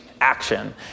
action